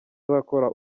azakora